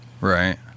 Right